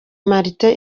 martin